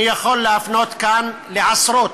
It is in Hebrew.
אני יכול להפנות כאן לעשרות,